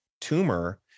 tumor